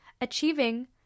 achieving